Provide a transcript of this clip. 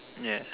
yeah